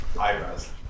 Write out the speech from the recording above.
Eyebrows